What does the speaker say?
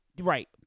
Right